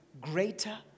greater